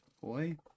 boy